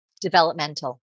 Developmental